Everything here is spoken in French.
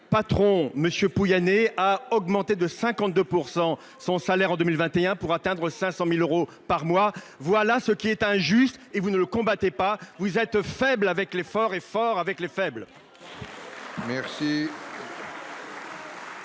patron, M. Pouyanné, a augmenté de 52 % son salaire en 2021 afin d'atteindre 500 000 euros par mois ? Voilà ce qui est injuste et que vous ne combattez pas ! Vous êtes faible avec les forts et forte avec les faibles